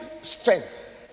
strength